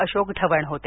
अशोक ढवण होते